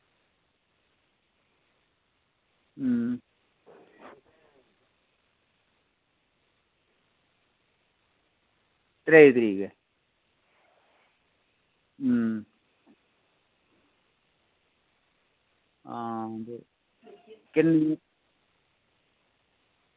अं त्रेई तरीक अं आं ते किन्ने